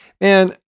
man